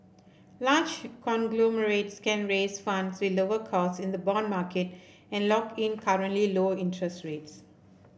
large conglomerates can raise funds with lower costs in the bond market and lock in currently low interest rates